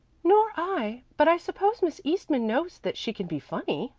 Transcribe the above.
nor i, but i suppose miss eastman knows that she can be funny,